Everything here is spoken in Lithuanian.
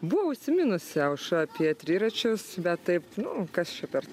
buvo užsiminusi aušra apie triračius bet taip nu kas čia per